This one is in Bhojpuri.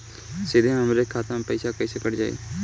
सीधे हमरे खाता से कैसे पईसा कट जाई?